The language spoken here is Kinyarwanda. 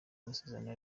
amasezerano